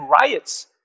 riots